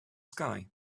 sky